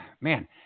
Man